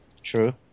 True